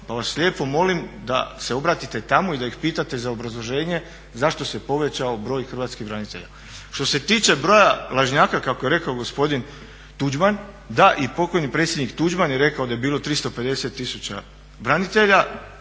pa vas lijepo molim da se obratite tamo i da ih pitate za obrazloženje zašto se povećao broj hrvatskih branitelja. Što se tiče broja lažnjaka, kako je rekao gospodin Tuđman, da, i pokojni predsjednik Tuđman je rekao da je bilo 350 tisuća branitelja.